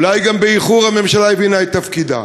אולי, גם באיחור, הממשלה הבינה את תפקידה.